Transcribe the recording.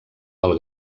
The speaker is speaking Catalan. del